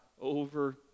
over